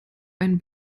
ein